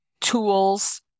tools